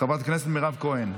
חבר הכנסת אריאל קלנר,